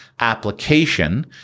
application